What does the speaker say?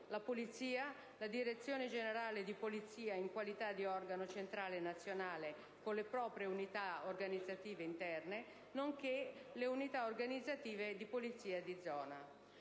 la polizia, la Direzione generale di polizia in qualità di organo centrale nazionale con le proprie unità organizzative interne, nonché le unità organizzative di polizia di zona.